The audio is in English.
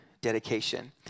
dedication